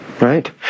Right